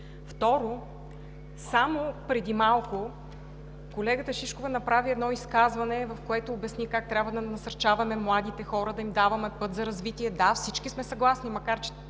Второ, само преди малко колегата Шишкова направи едно изказване, в което обясни как трябва да насърчаваме младите хора, да им даваме път за развитие. Да, всички сме съгласни, макар че